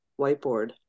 whiteboard